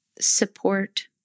support